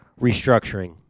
restructuring